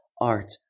art